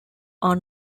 are